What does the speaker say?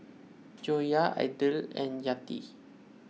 Joyah Aidil and Yati